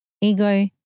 ego